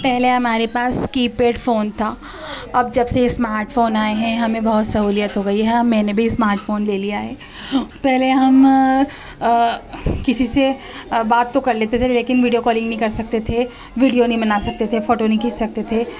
پہلے ہمارے پاس کی پیڈ فون تھا اب جب سے سماٹ فون آئے ہیں ہمیں بہت سہولیت ہو گئی ہے میں نے بھی اسمارٹ فون لے لیا ہے پہلے ہم کسی سے بات تو کر لیتے تھے لیکن ویڈیو کالنگ نہیں کر سکتے تھے ویڈیو نہیں بنا سکتے تھے فوٹو نہیں کھینچ سکتے تھے